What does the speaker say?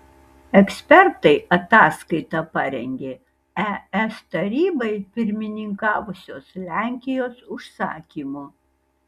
ekspertai ataskaitą parengė es tarybai pirmininkavusios lenkijos užsakymu